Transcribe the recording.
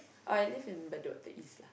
oh I live in Bedok East lah